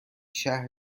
شهر